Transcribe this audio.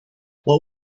what